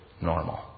normal